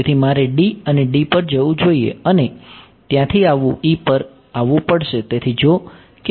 તેથી મારે અને પર જવું જોઈએ અને ત્યાંથી આવવું પર આવવું પડશે